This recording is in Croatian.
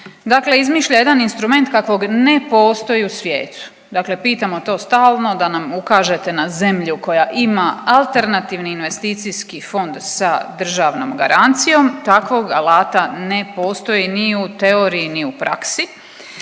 Dakle izmišlja jedan instrument kakvog ne postoji u svijetu. Dakle pitamo to stalno da nam ukažete na zemlju koja ima alternativni investicijski fond sa državnom garancijom, takvog alata ne postoji ni u teoriji ni u praksi.